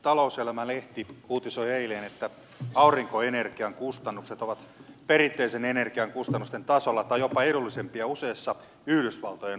talouselämä lehti uutisoi eilen että aurinkoenergian kustannukset ovat perinteisen ener gian kustannusten tasolla tai jopa edullisempia useissa yhdysvaltojen osissa